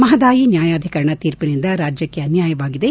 ಮಹದಾಯಿ ನ್ಯಾಯಾಧೀಕರಣ ತೀರ್ಪಿನಿಂದ ರಾಜ್ಯಕ್ಷ ಅನ್ನಾಯವಾಗಿದೆ